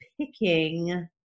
picking